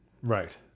Right